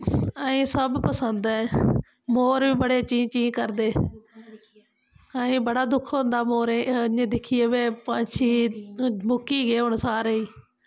एह् सब पसंद ऐ मोर बी बड़े चीं चीं करदे असेंगी बड़ा दुख होंदा मोरै गी इ'यां दिक्खियै पक्षी मुक्की गै गे हून सारे ई